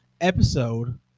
episode